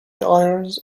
irons